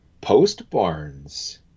post-Barnes